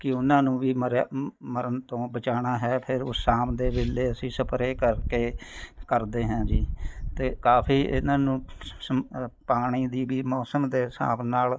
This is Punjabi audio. ਕਿ ਉਹਨਾਂ ਨੂੰ ਵੀ ਮਰਿਆ ਮ ਮਰਨ ਤੋਂ ਬਚਾਉਣਾ ਹੈ ਫਿਰ ਉਸ ਸ਼ਾਮ ਦੇ ਵੇਲੇ ਅਸੀਂ ਸਪਰੇਅ ਕਰਕੇ ਕਰਦੇ ਹਾਂ ਜੀ ਅਤੇ ਕਾਫੀ ਇਹਨਾਂ ਨੂੰ ਸ ਸਮ ਪਾਣੀ ਦੀ ਵੀ ਮੌਸਮ ਦੇ ਹਿਸਾਬ ਨਾਲ